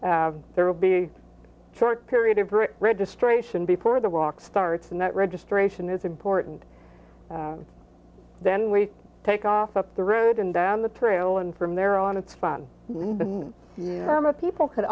there will be short period of registration before the walk starts and that registration is important then we take off up the road and down the trail and from there on it's fun for most people could